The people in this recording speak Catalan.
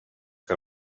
que